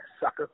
sucker